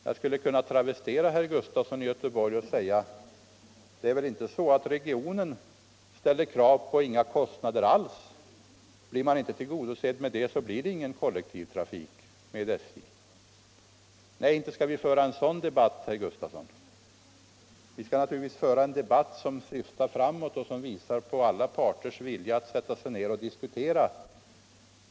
Jag skulle kunna travestera herr Gustafson och säga: Det är väl inte så att regionen ställer krav på att få inga kostnader alls — blir man inte tillgodosedd i det avseendet, blir det ingen kollektivtrafik tillsammans med SJ? Nej, inte skall vi föra en sådan debatt, herr Gustafson. Vi skall naturligtvis föra en debatt som syftar framåt och som visar alla parters vilja att sätta sig ned och diskutera.